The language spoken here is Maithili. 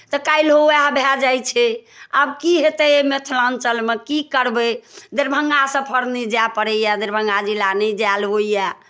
तऽ काल्हिओ उएह भए जाइ छै आब की हेतै एहि मिथिलाञ्चलमे की करबै दरभंगा सफर नहि जाए पड़ैए दरभंगा जिला नहि जाएल होइए